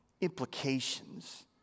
implications